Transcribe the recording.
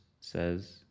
says